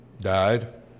died